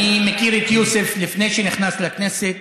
אני מכיר את יוסף לפני שנכנס לכנסת,